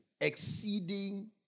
Exceeding